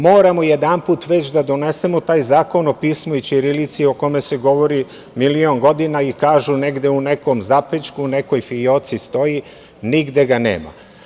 Moramo jedanput već da donesemo taj zakon o pismu i ćirilici o kome se govori milion godina i kažu negde u nekom zapećku, u nekoj fioci stoji, nigde ga nema.